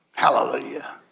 Hallelujah